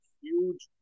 huge